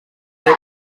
allò